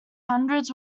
hundreds